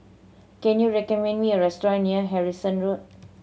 can you recommend me a restaurant near Harrison Road